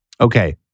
Okay